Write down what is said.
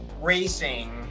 racing